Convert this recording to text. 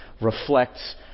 reflects